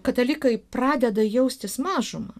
katalikai pradeda jaustis mažuma